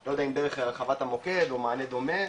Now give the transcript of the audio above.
לא יודע אם דרך החרבת המוקד או מענה דומה.